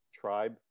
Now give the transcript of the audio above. Tribe